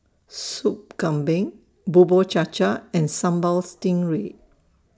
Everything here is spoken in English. Sop Kambing Bubur Cha Cha and Sambal Stingray